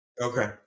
Okay